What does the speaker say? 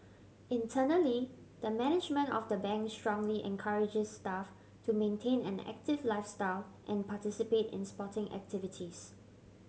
internally the management of the Bank strongly encourages staff to maintain an active lifestyle and participate in sporting activities